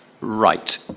Right